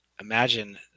imagine